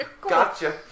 Gotcha